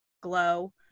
Glow